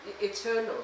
eternal